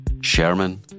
Sherman